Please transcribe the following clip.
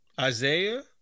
Isaiah